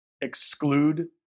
exclude